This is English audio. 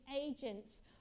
agents